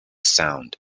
sound